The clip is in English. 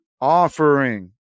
offering